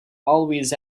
always